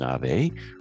Nave